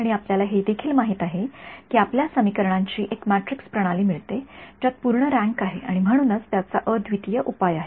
आणि आपल्याला हे देखील माहित आहे की आपल्याला समीकरणांची एक मॅट्रिक्स प्रणाली मिळते ज्यात पूर्ण रँक आहे आणि म्हणूनच त्याचा अद्वितीय उपाय आहे